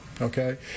okay